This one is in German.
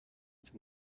dem